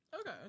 Okay